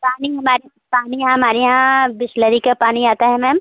पानी हमारे पानी यहाँ हमारे यहाँ बिसलेरी का पानी आता है मैम